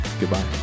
Goodbye